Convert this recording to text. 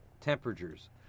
temperatures